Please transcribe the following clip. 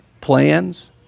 plans